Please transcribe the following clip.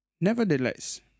Nevertheless